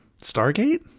Stargate